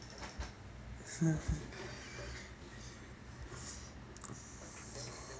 !huh! !huh!